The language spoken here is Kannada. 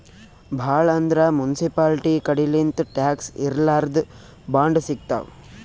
ಭಾಳ್ ಅಂದ್ರ ಮುನ್ಸಿಪಾಲ್ಟಿ ಕಡಿಲಿಂತ್ ಟ್ಯಾಕ್ಸ್ ಇರ್ಲಾರ್ದ್ ಬಾಂಡ್ ಸಿಗ್ತಾವ್